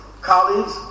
colleagues